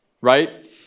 right